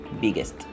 biggest